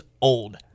old